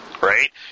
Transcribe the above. right